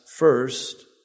First